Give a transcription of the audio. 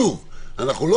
אנחנו לא